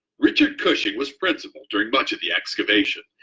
richard cushing was principal during much of the excavation.